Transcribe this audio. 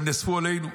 הם נאספו עלינו.